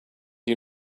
you